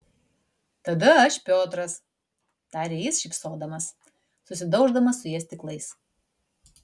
tada aš piotras tarė jis šypsodamas susidauždamas su ja stiklais